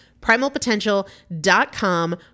Primalpotential.com